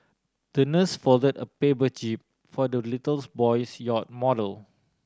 the nurse folded a paper jib for the little boy's yacht model